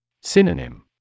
Synonym